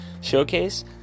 Showcase